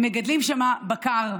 הם מגדלים שם בקר.